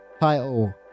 Title